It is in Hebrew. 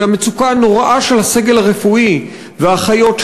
והמצוקה הנוראה של הסגל הרפואי והאחיות,